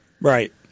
Right